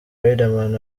riderman